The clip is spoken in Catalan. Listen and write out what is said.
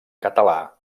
català